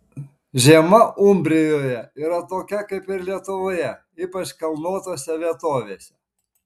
žiema umbrijoje yra tokia kaip ir lietuvoje ypač kalnuotose vietovėse